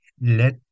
let